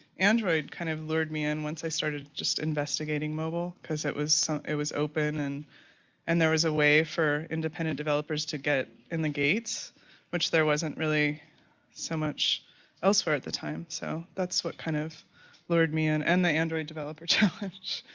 android kind of lured me in once i started just investigating mobile because it was it was open and and there was a way for independent developers to get in the gates which there wasn't really so much elsewhere at that time. so that's what kind of lured me in. and the android developer challenge,